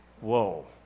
whoa